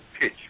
pitch